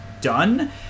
done